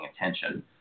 attention